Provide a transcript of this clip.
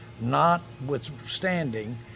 notwithstanding